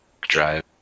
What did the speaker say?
drive